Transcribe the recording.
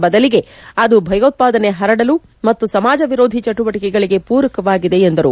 ಬದಲಿಗೆ ಅದು ಭಯೋತ್ವಾದನೆ ಪರಡಲು ಮತ್ತು ಸಮಾಜ ವಿರೋಧಿ ಚಟುವಟಿಕೆಗಳಿಗೆ ಪೂರಕವಾಗಿದೆ ಎಂದರು